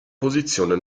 posizione